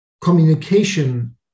communication